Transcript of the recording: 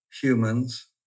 humans